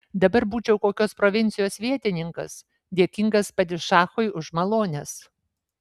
dabar būčiau kokios provincijos vietininkas dėkingas padišachui už malones